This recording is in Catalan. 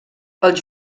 els